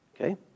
Okay